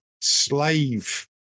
slave